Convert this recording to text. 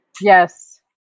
Yes